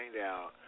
out